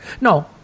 No